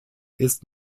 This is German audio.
ist